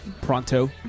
pronto